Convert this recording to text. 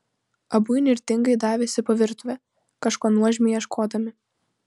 abu įnirtingai davėsi po virtuvę kažko nuožmiai ieškodami